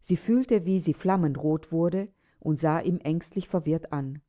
sie fühlte wie sie flammendrot wurde und sah ihn ängstlich verwirrt an